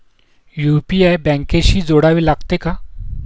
UPI बँकेशी जोडावे लागते का?